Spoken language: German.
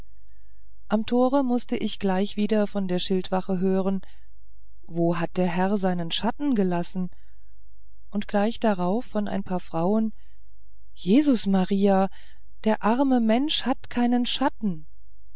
am tore mußt ich gleich wieder von der schildwacht hören wo hat der herr seinen schatten gelassen und gleich wieder darauf von ein paar frauen jesus maria der arme mensch hat keinen schatten